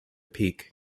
peak